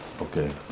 Okay